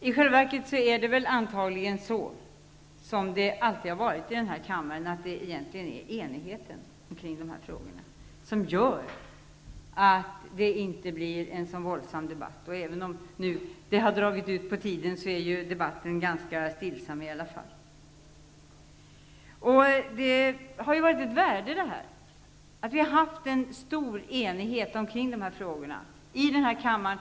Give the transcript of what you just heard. I själva verket är det antagligen så, som det alltid varit i denna kammare, att det finns en enighet om dessa frågor, vilket gör att det inte blir någon våldsam debatt. Även om debatten nu dragit ut på tiden, är den i alla fall ganska stillsam. Det har varit ett värde i att vi har haft en stor enighet om dessa frågor i denna kammare.